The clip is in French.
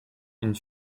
une